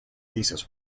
thesis